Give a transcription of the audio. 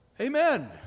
Amen